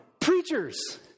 preachers